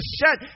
set